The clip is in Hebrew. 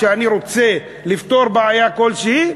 כשאני רוצה לפתור בעיה כלשהי,